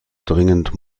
dringend